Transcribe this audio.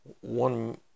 one